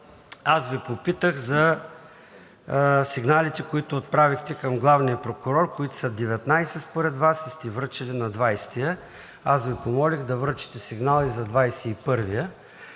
аз Ви попитах за сигналите, които отправихте към главния прокурор, които са 19 според Вас, и сте връчили за 20-ия. Аз Ви помолих да връчите сигнал и за 21-вия